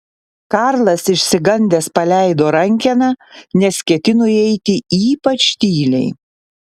karlas išsigandęs paleido rankeną nes ketino įeiti ypač tyliai